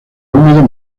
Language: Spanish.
húmedo